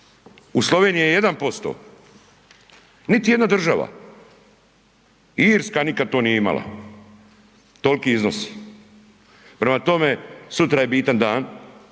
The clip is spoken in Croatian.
U Sloveniji je 1%, niti jedna država, Irska nikada to nije imala toliki iznos. Prema tome, sutra je bitan dan,